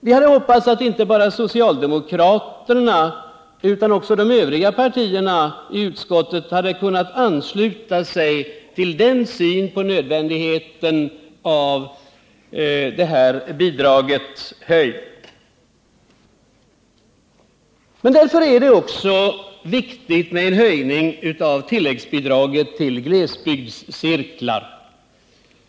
Vi hade hoppats att inte bara socialdemokraterna utan också de övriga partierna i utskottet hade kunnat ansluta sig till den synen på nödvändigheten av det här bidragets höjning. Men därför är det också viktigt med en höjning av tilläggsbidraget till glesbygdscirklar.